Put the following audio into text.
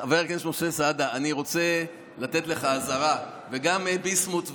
אני רוצה לתת לך אזהרה, וגם ביסמוט וחנוך: